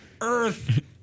earth